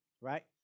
right